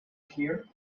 here